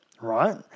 right